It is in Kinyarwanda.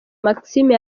maxime